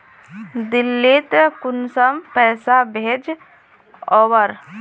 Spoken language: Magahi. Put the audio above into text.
दिल्ली त कुंसम पैसा भेज ओवर?